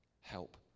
help